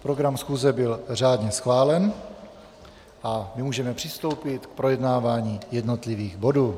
Program schůze byl řádně schválen a můžeme přistoupit k projednávání jednotlivých bodů.